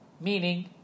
Meaning